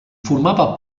formava